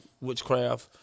witchcraft